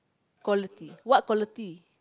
quality what quality